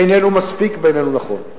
איננו מספיק ואיננו נכון.